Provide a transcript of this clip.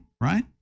right